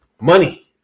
Money